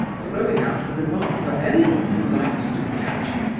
throwing out the remark for anyone who liked to catch it.